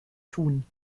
tun